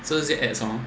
so 那些 ads hor